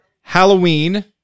Halloween